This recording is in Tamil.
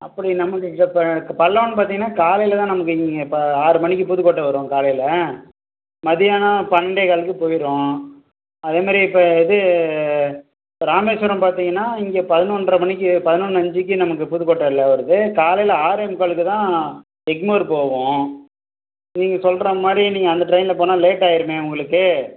அப்படி நமக்கு இங்கே இப்போ பல்லவன் பார்த்தீங்கன்னா காலையில் தான் நமக்கு இங்கே இப்போ ஆறு மணிக்கு புதுக்கோட்டை வரும் காலையில் மதியானம் பன்னெண்டே காலுக்கு போயிடும் அதேமாதிரி இப்போ இது ராமேஸ்வரம் பார்த்தீங்கன்னா இங்கே பதினொன்றரை மணிக்கு பதினொன்று அஞ்சுக்கு நமக்கு புதுக்கோட்டையில் வருது காலையில் ஆறே முக்காலுக்கு தான் எக்மோர் போகும் நீங்கள் சொல்கிற மாதிரி நீங்கள் அந்த ட்ரெயினில் போனால் லேட் ஆகிருமே உங்களுக்கு